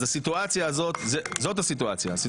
אז הסיטואציה היא שאנחנו,